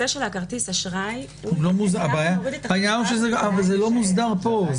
אבל זה לא מוסדר פה.